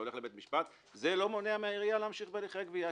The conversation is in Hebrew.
הולך לבית משפט זה לא מונע מהעירייה להמשיך בהליכי גבייה,